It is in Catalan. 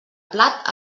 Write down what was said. plat